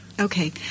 Okay